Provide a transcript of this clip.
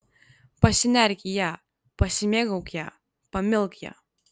pasinerk į ją pasimėgauk ja pamilk ją